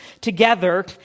together